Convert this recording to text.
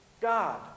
God